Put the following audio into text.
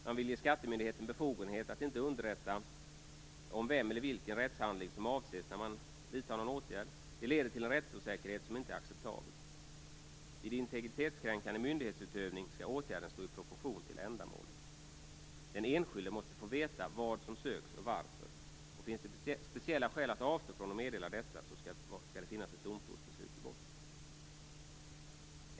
Man vill ge skattemyndigheten befogenhet att inte underrätta om vilken person eller vilken rättshandling som avses när man vidtar någon åtgärd. Det leder till en rättsosäkerhet som inte är acceptabel. Vid integritetskränkande myndighetsutövning skall åtgärden stå i proportion till ändamålet. Den enskilde måste få veta vad som söks och varför. Finns det speciella skäl att avstå från att meddela detta, skall det finnas ett domstolsbeslut i botten.